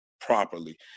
properly